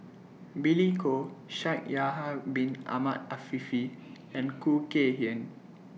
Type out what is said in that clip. Billy Koh Shaikh Yahya Bin Ahmed Afifi and Khoo Kay Hian